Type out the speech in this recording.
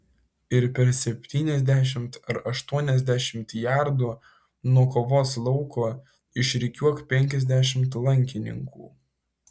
ir per septyniasdešimt ar aštuoniasdešimt jardų nuo kovos lauko išrikiuok penkiasdešimt lankininkų